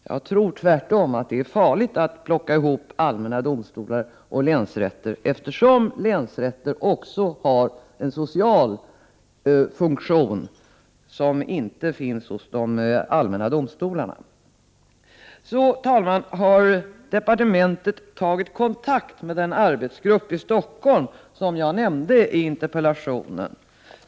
Jag tror tvärtom att det är farligt att plocka ihop allmänna domstolar och länsrätter, eftersom länsrätterna också har en social funktion, något som de allmänna domstolarna inte har. Herr talman! Departementet har tagit kontakt med den arbetsgrupp i Stockholm som jag nämnde i interpellationen.